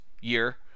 year